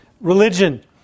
religion